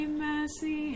mercy